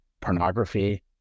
pornography